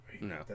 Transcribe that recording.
No